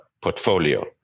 portfolio